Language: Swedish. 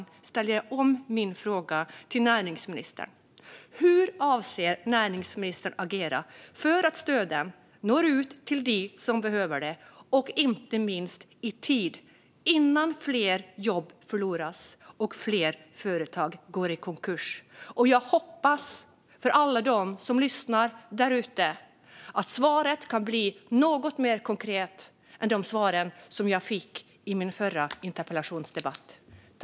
Jag ställer därför om min fråga till näringsministern: Hur avser näringsministern att agera för att stöden ska nå ut till dem som behöver det och inte minst i tid, innan fler jobb går förlorade och fler företag går i konkurs? Jag hoppas för alla dem som lyssnar därute att svaret kan bli något mer konkret än de svar jag fick i min förra interpellationsdebatt.